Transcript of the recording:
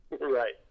right